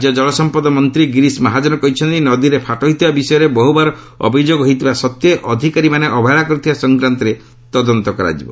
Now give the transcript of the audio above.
ରାଜ୍ୟ ଜଳସମ୍ପଦ ମନ୍ତ୍ରୀ ଗିରୀଶ ମହାଜନ କହିଛନ୍ତି ନଦୀରେ ଫାଟ ହୋଇଥିବା ବିଷୟରେ ବହୁବାର ଅଭିଯୋଗ ହୋଇଥିବା ସତ୍ତ୍ୱେ ଅଧିକାରୀମାନେ ଅବହେଳା କରିଥିବା ସଂକ୍ରାନ୍ତରେ ତଦନ୍ତ କରାଯିବ